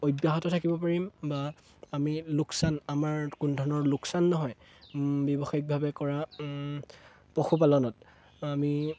অব্যাহত থাকিব পাৰিম বা আমি লোকচান আমাৰ কোনো ধৰণৰ লোকচান নহয় ব্যৱসায়িকভাৱে কৰা পশুপালনত আমি